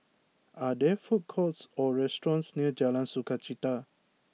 are there food courts or restaurants near Jalan Sukachita